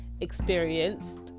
experienced